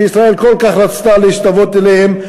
שישראל כל כך רצתה להשתוות אליהן,